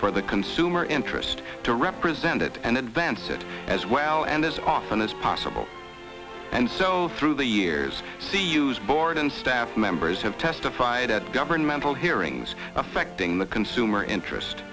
for the consumer interest to represent it and advance it as well and as often as possible and so through the years see use board and staff members have testified at governmental hearings affecting the consumer interest